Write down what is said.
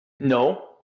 no